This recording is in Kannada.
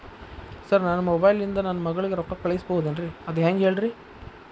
ಸರ್ ನನ್ನ ಮೊಬೈಲ್ ಇಂದ ನನ್ನ ಮಗಳಿಗೆ ರೊಕ್ಕಾ ಕಳಿಸಬಹುದೇನ್ರಿ ಅದು ಹೆಂಗ್ ಹೇಳ್ರಿ